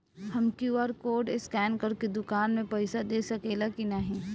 हम QR code scan करके दुकान में पईसा दे सकेला की नाहीं?